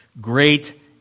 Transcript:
great